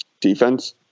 defense